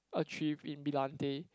achieve in brillante